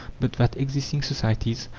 but that existing societies,